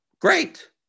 great